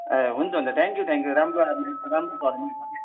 ए हुन्छ हुन्छ thank you thank you राम्रो आयो भने त राम्रो